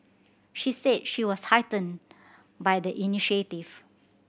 she said she was heartened by the initiative